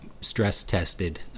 stress-tested